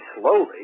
slowly